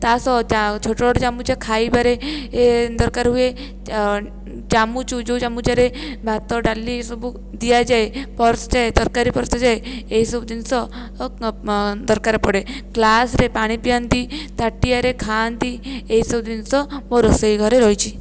ତା ସହ ଛୋଟ ଛୋଟ ଚାମୁଚ ଖାଇବାରେ ଏ ଦରକାର ହୁଏ ଚାମୁଚ ଯେଉଁ ଚାମୁଚରେ ଭାତ ଡାଲି ଏସବୁ ଦିଆଯାଏ ପରସା ଯାଏ ତରକାରୀ ପରସା ଯାଏ ଏଇସବୁ ଜିନିଷ ଦରକାର ପଡ଼େ ଗ୍ଲାସ୍ ରେ ପାଣିପିଆନ୍ତି ତାଟିଆରେ ଖାଆନ୍ତି ଏଇସବୁ ଜିନିଷ ମୋ ରୋଷେଇ ଘରେ ରହିଛି